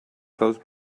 close